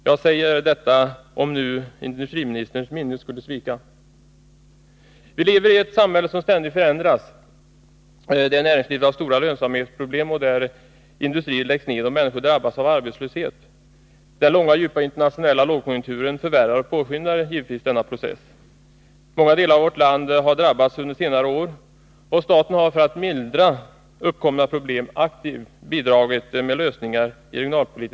Jag nämner detta för den händelse industriministerns minne skulle svika honom. Vilever i ett samhälle som ständigt förändras, ett samhälle där näringslivet har stora lönsamhetsproblem, industrier läggs ner och människor drabbas av arbetslöshet. Den långa och djupa internationella lågkonjunkturen förvärrar och påskyndar givetvis denna process. Många delar av vårt land har drabbats under senare år, och för att mildra uppkomna problem har staten i regionalpolitiskt syfte aktivt bidragit med lösningar.